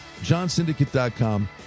JohnSyndicate.com